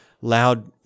loud